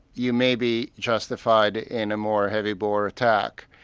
you may be justified in a more heavy bore attack.